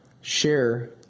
share